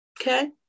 Okay